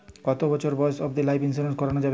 কতো বছর বয়স অব্দি লাইফ ইন্সুরেন্স করানো যাবে?